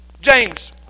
James